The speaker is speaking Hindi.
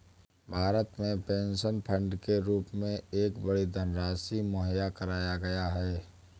भारत में पेंशन फ़ंड के रूप में एक बड़ी धनराशि मुहैया कराया गया है